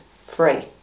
free